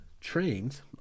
trains